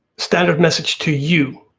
standard message to you.